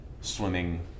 swimming